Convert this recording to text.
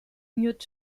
new